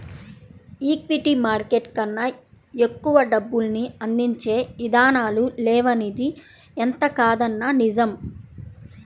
equity market కన్నా ఎక్కువ డబ్బుల్ని అందించే ఇదానాలు లేవనిది ఎంతకాదన్నా నిజం